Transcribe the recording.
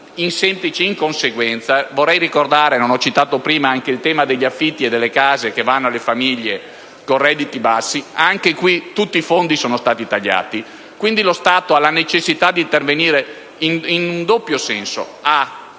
dai Comuni, in sequenza. Vorrei ricordare - non l'ho citato prima - anche il tema degli affitti e delle case che vanno alle famiglie con redditi bassi; anche qui tutti i fondi sono stati tagliati. Lo Stato, quindi, ha la necessità di intervenire in un doppio senso.